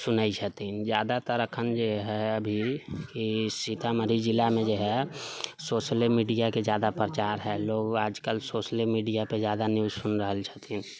सुनै छथिन जादातर अखन जे है अभी ई सीतामढ़ी जिलामे जे है सोशले मीडियाके जादा प्रचार है लोग आज कल सोशले मीडिया पर जादा न्यूज सुनि रहल छथिन